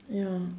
ya